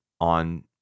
on